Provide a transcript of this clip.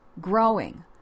Growing